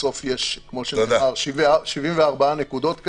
בסוף יש 74 נקודות כאלה.